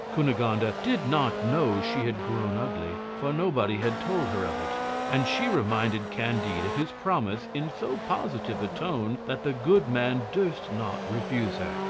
cunegonde ah did not know she had grown ugly, for nobody had told her of it and she reminded candide of his promise in so positive a tone that the good man durst not refuse her.